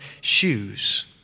shoes